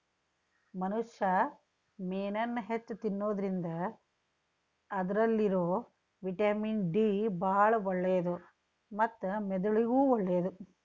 ಮನುಷ್ಯಾ ಮೇನನ್ನ ಹೆಚ್ಚ್ ತಿನ್ನೋದ್ರಿಂದ ಅದ್ರಲ್ಲಿರೋ ವಿಟಮಿನ್ ಡಿ ಬಾಳ ಒಳ್ಳೇದು ಮತ್ತ ಮೆದುಳಿಗೂ ಒಳ್ಳೇದು